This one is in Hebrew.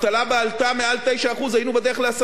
כבר מעל 9%; היינו בדרך ל-10% אבטלה,